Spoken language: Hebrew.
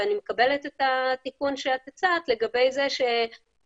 ואני מקבלת את התיקון שאת הצעת לגבי זה שברגע